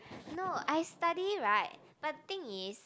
no I study right but thing is